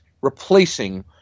replacing